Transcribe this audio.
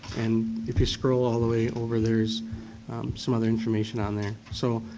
and if you scroll all the way over, there's some other information on there. so,